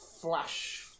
flash